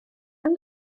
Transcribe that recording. yng